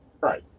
Right